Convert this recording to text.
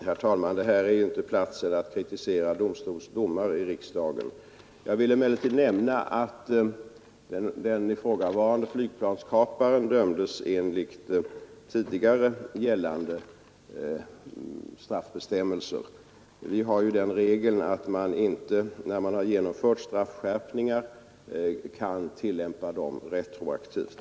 Herr talman! Det här är inte platsen att kritisera domstols domar. Jag vill emellertid säga att den ifrågavarande flygplanskaparen dömdes enligt tidigare gällande straffbestämmelser. Vi har den regeln att vi inte tillämpar genomförda straffskärpningar retroaktivt.